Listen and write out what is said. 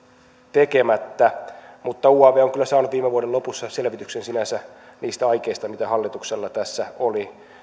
tekemättä mutta uav on kyllä saanut viime vuoden lopussa selvityksen sinänsä niistä aikeista mitä hallituksella tässä oli